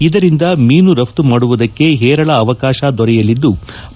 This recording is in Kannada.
ಇದರಿಂದ ಮೀನು ರಫ್ತು ಮಾಡುವುದಕ್ಕೆ ಹೇರಳ ಅವಕಾಶ ದೊರೆಯಲಿದ್ಲು